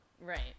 Right